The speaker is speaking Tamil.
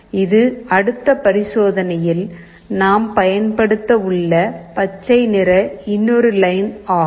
இது அடுத்த பரிசோதனையில் நாம் பயன்படுத்த உள்ள பச்சை நிற இன்னொரு லைன் ஆகும்